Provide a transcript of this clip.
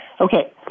Okay